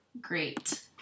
great